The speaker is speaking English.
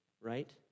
right